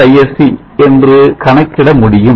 99 Isc என்று கணக்கிட முடியும்